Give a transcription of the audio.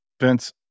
Vince